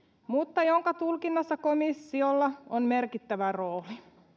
mutta jonka tulkinnassa komissiolla on merkittävä rooli